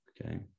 okay